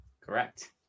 Correct